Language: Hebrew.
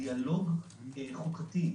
דיאלוג חוקתי,